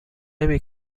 نمی